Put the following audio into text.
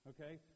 okay